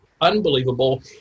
unbelievable